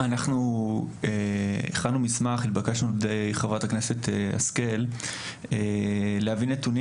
אנחנו הכנו מסמך לבקשת חברת הכנסת השכל להביא נתונים